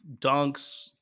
dunks